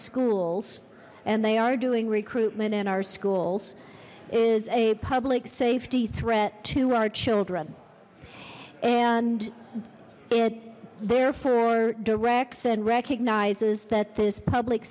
schools and they are doing recruitment in our schools is a public safety threat to our children and it therefore directs and recognizes that this public